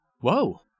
Whoa